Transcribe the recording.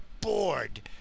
bored